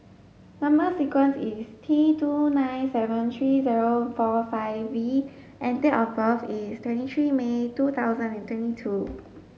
number sequence is T nine two seven three zero four five V and date of birth is twenty three May two thousand and twenty two